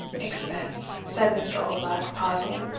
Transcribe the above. expense! said mr. oldbuck, pausing,